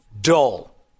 dull